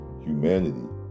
Humanity